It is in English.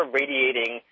radiating